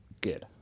good